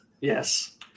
yes